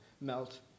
melt